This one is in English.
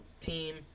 team